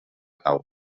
taula